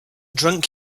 drunk